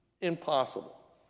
impossible